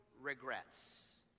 regrets